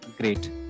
great